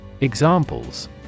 Examples